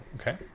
okay